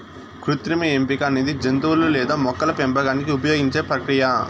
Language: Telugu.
కృత్రిమ ఎంపిక అనేది జంతువులు లేదా మొక్కల పెంపకానికి ఉపయోగించే ప్రక్రియ